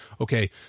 Okay